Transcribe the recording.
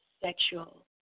sexual